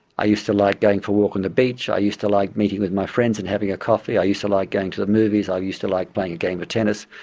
i used to like going for a walk on the beach. i used to like meeting with my friends and having a coffee. i used to like going to the movies, i used to like playing a game of tennis.